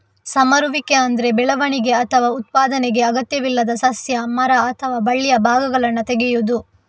ಸಮರುವಿಕೆ ಅಂದ್ರೆ ಬೆಳವಣಿಗೆ ಅಥವಾ ಉತ್ಪಾದನೆಗೆ ಅಗತ್ಯವಿಲ್ಲದ ಸಸ್ಯ, ಮರ ಅಥವಾ ಬಳ್ಳಿಯ ಭಾಗಗಳನ್ನ ತೆಗೆಯುದು